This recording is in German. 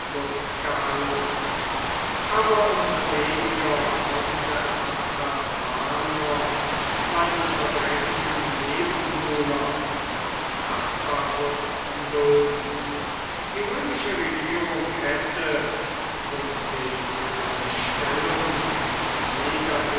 gehalten aber um so weniger konnte artabanos seinen verdrängten nebenbuhler als nachbarfürsten dulden die römische regierung hätte um den für seine stellung in jeder